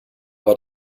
war